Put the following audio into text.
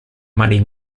money